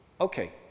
okay